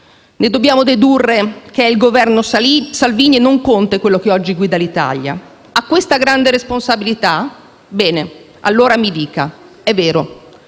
Ne dobbiamo dedurre che è il Governo Salvini e non Conte quello che oggi guida l'Italia. Ha questa grande responsabilità? Bene, allora mi dica: è vero,